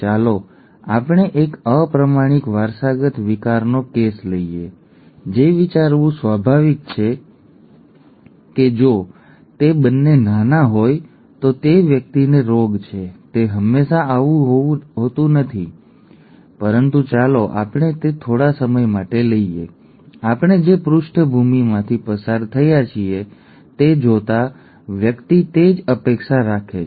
ચાલો આપણે એક અપ્રામાણિક વારસાગત વિકારનો કેસ લઈએ ઠીક છે જે વિચારવું સ્વાભાવિક છે કે જો તે બંને નાના હોય તો તે વ્યક્તિને રોગ છે તે હંમેશાં આવું હોતું નથી પરંતુ ચાલો આપણે તે થોડા સમય માટે લઈએ આપણે જે પૃષ્ઠભૂમિમાંથી પસાર થયા છીએ તે જોતાં વ્યક્તિ તે જ અપેક્ષા રાખે છે